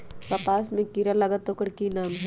कपास में जे किरा लागत है ओकर कि नाम है?